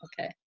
okay